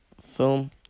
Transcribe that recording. film